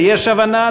ויש הבנה,